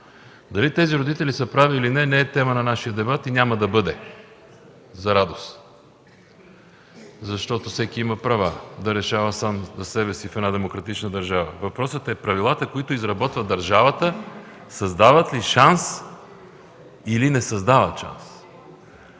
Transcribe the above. Дали тези родители са прави или не, не е тема на нашия дебат и няма да бъде, за радост, защото всеки има право да решава сам за себе си в една демократична държава. Въпросът е: правилата, които изработва държавата, създават ли шанс или не създават такъв?